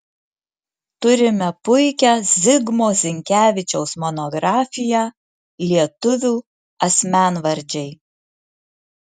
turime puikią zigmo zinkevičiaus monografiją lietuvių asmenvardžiai